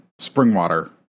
Springwater